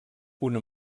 una